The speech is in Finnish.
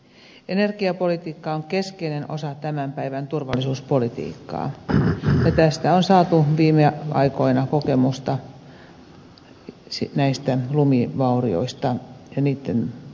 energiapolitiikka on keskeinen osa tämän päivän turvallisuuspolitiikkaa ja tästä on saatu viime aikoina kokemusta lumivaurioiden ja niitten aiheuttamien tuhojen kautta